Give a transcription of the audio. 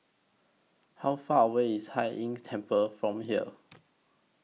How Far away IS Hai Inn Temple from here